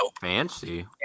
fancy